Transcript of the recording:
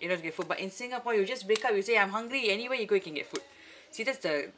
you know to get food but in singapore you just wake up you say I'm hungry anywhere you go you can get food see that's the